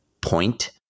point